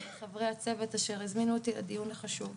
לחברי הצוות אשר הזמינו אותי לדיון החשוב.